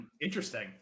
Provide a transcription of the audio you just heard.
Interesting